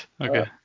Okay